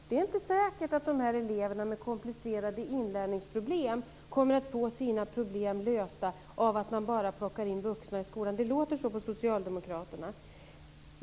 Det är inte säkert att dessa elever med komplicerade inlärningsproblem kommer att få sina problem lösta av att man bara plockar in vuxna i skolan. Det låter så på socialdemokraterna.